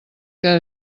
que